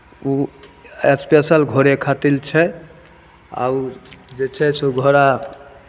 ओ special घोड़े खातिर लए छै आ ओ जे छै से ओ घोड़ा